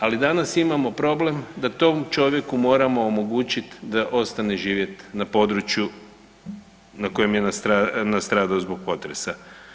Ali danas imamo problem da tom čovjeku moramo omogućiti da ostane živjeti na području na kojem je nastradao zbog potresa.